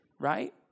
right